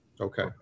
okay